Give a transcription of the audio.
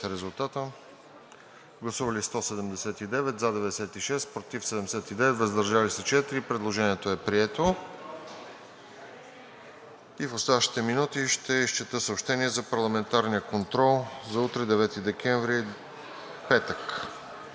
представители: за 96, против 79, въздържали се 4. Предложението е прието. И в оставащите минути ще изчета съобщение за парламентарния контрол за утре, 9 декември 2022